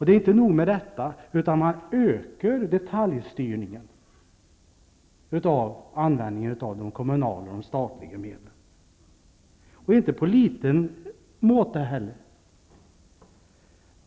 Det är inte nog med detta, utan man ökar detaljstyrningen och användningen av de kommunala och statliga medlen, och inte i liten mån heller.